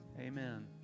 Amen